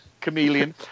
chameleon